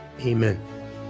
Amen